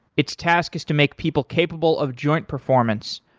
its task is to make people capable of joint performance,